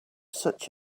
such